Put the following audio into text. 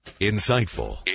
Insightful